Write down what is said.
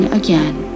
again